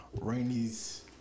Rainy's